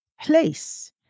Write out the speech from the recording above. place